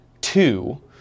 two